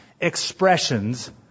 expressions